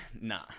nah